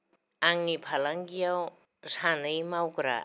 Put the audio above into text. आंनि फालांगिआव सानै मावग्रा